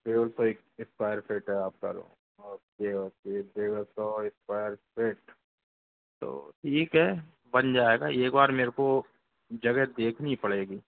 डेढ़ सौ square feet है आपका रूम ओके ओके डेढ़ सौ स्क्वायर फीट तो ठीक है बन जाएगा एक बार मेर को जगह देखनी पड़ेगी